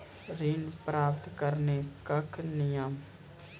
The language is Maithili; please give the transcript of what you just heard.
ऋण प्राप्त करने कख नियम?